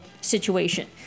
situation